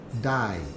die